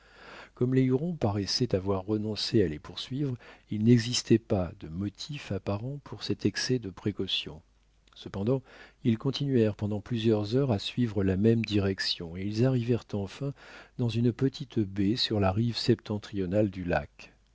comme les hurons paraissaient avoir renoncé à les poursuivre il n'existait pas de motif apparent pour cet excès de précaution cependant ils continuèrent pendant plusieurs heures à suivre la même direction et ils arrivèrent enfin dans une petite baie sur la rive septentrionale du lac